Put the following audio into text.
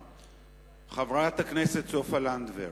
חברת הכנסת סופה לנדבר.